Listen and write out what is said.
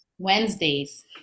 Wednesdays